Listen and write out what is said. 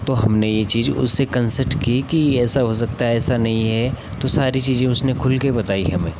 तो हमने यह चीज़ उसे कंसल्ट कि की ऐसा हो सकता है ऐसा नहीं है तो सारी चीज़ें उसने खुल के बताई हमें